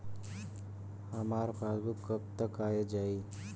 हमार पासबूक कब तक आ जाई?